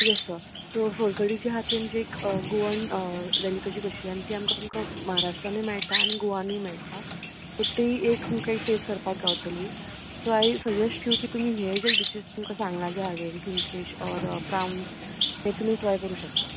येस sir so solkadhi जी आसा ती आमची एक गोवन डेलिकसी कशी आनी ती आमकां तुमका महाराष्ट्रानूय मेळटा आनी गोंवानूय मेळटा सो ती एक तुमका टेस्ट करपाक गावतली सो आय सजेस्ट यू की तुमी ह्ये जे डिशीज तुमका सांगलां जे हांवें किंगफीश ऑर प्रोन्स ते तुमी ट्राय करूं शकता